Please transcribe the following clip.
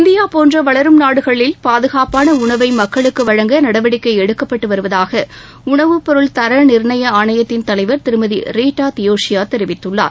India போன்ற வளரும் நாடுகளில் பாதுகாப்பான உணவை மக்களுக்கு வழங்க நடவடிக்கை எடுக்கப்பட்டு வருவதாக உணவுப் பொருள் தர நிர்ணய ஆணையத்தின் தலைவர் திருமதி ரீட்டா டியோசியா தெரிவித்துள்ளார்